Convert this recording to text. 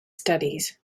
studies